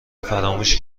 فراموش